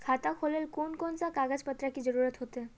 खाता खोलेले कौन कौन सा कागज पत्र की जरूरत होते?